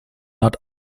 not